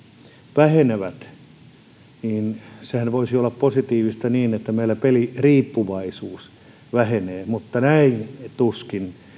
vähenevät niin sehän voisi olla positiivista niin että meillä peliriippuvaisuus vähenee mutta näin tuskin